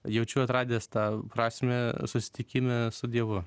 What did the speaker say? jaučiu atradęs tą prasmę susitikime su dievu